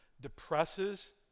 depresses